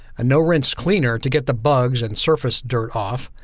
a no rinse cleaner to get the bugs and surface dirt off.